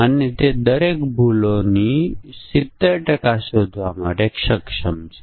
આ ઇનપુટ પરિમાણો પર શરતો છે